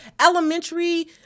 elementary